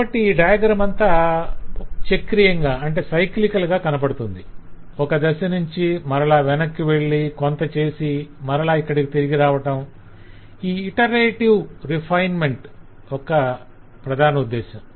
కాబట్టి ఈ డయాగ్రమంతా చక్రీయంగా కనపడుతుంది - ఒక దశ నుంచి మరల వెనక్కి వెళ్ళి కొంత చేసి మరల ఇక్కడకు తిరిగి రావటం ఈ ఇటరేటివ్ రిఫైన్మెంట్ యొక్క ప్రధానోద్దేశ్యం